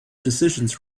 decisions